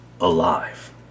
alive